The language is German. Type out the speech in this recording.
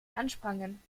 ansprangen